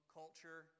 culture